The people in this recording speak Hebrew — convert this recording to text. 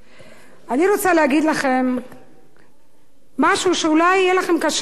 אני רוצה להגיד לכם משהו שאולי יהיה לכם קשה להאמין,